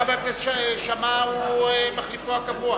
חבר הכנסת שאמה הוא מחליפו הקבוע.